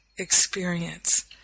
experience